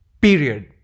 Period